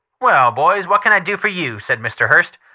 well, boys, what can i do for you? said mr. hearst.